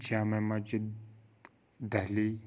Jama Masjid Delhi